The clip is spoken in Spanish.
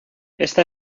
esta